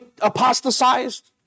apostatized